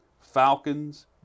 Falcons